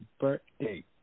birthday